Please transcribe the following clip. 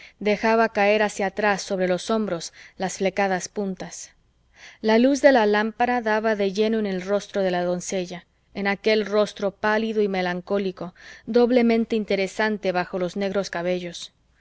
dejaba caer hacia atrás sobre los hombros las flecadas puntas la luz de la lámpara daba de lleno en el rostro de la doncella en aquel rostro pálido y melancólico doblemente interesante bajo los negros cabellos